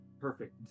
perfect